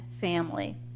family